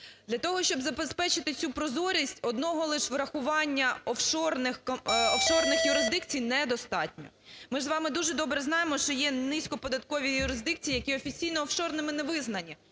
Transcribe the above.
Для того, щоб забезпечити цю прозорість, одного лиш врахування офшорних юрисдикцій недостатньо. Ми ж з вами дуже добре знаємо, що є низько-податкові юрисдикції, які офіційно офшорними не визнані,